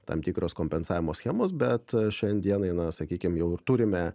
tam tikros kompensavimo schemos bet šiandien dienai na sakykim jau ir turime